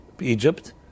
Egypt